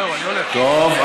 טוב,